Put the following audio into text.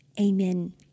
Amen